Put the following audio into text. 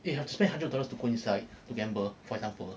you have to pay hundred dollars to put inside to gamble for example